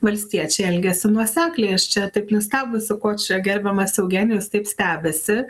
valstiečiai elgiasi nuosekliai aš čia taip nustebusi ko čia gerbiamas eugenijus taip stebisi